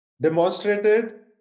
demonstrated